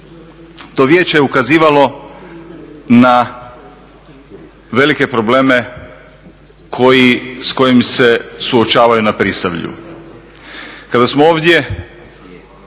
To vijeće je ukazivalo na velike probleme koji, s kojima se suočavaju na prisavlju.